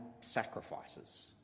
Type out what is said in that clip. sacrifices